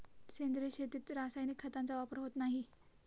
सेंद्रिय शेतीत रासायनिक खतांचा वापर होत नाही